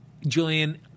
Julian